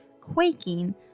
quaking